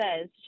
says